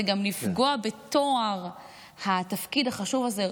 וגם לפגוע בטוהר התפקיד החשוב הזה,